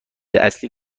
اصلی